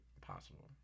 possible